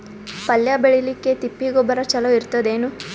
ಪಲ್ಯ ಬೇಳಿಲಿಕ್ಕೆ ತಿಪ್ಪಿ ಗೊಬ್ಬರ ಚಲೋ ಇರತದೇನು?